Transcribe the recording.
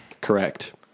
Correct